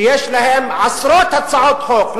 שיש להם עשרות הצעות חוק,